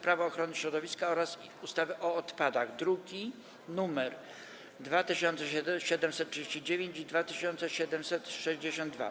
Prawo ochrony środowiska oraz ustawy o odpadach (druki nr 2739 i 2762)